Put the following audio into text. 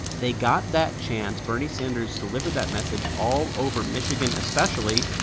they got that chance. bernie sanders delivered that message all over michigan especially.